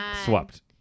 Swapped